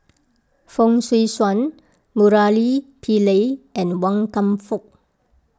Fong Swee Suan Murali Pillai and Wan Kam Fook